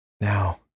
now